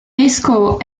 vescovo